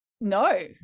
no